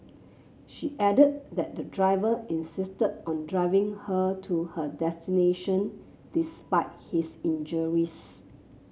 she added that the driver insisted on driving her to her destination despite his injuries